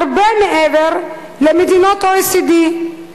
הרבה מעבר למדינות ה-OECD,